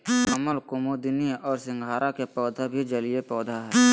कमल, कुमुदिनी और सिंघाड़ा के पौधा भी जलीय पौधा हइ